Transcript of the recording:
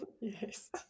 Yes